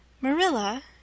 Marilla